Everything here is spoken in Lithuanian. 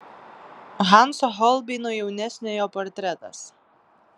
hanso holbeino jaunesniojo portretas